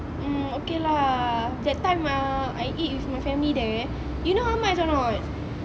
mm okay lah that time ah I eat with my family there you know how much or not